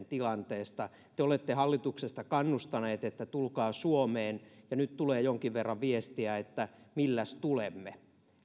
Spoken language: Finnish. tilanteesta te olette hallituksesta kannustaneet että tulkaa suomeen ja nyt tulee jonkin verran viestiä että milläs tulemme